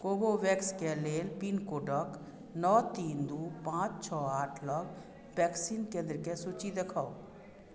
कोवोवेक्सके लेल पिनकोडक नओ तीन दू पाँच छओ आठ लग वैक्सीन केंद्रके सूची देखाउ